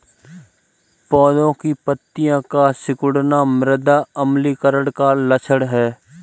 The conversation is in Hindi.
पौधों की पत्तियों का सिकुड़ना मृदा अम्लीकरण का लक्षण है